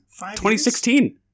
2016